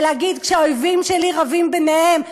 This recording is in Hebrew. ולהגיד: כשהאויבים שלי רבים ביניהם,